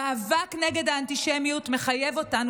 המאבק נגד האנטישמיות מחייב אותנו